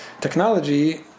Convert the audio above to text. technology